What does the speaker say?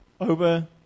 over